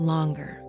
Longer